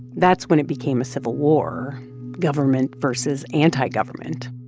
that's when it became a civil war government versus anti-government